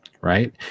right